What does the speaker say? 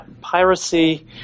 piracy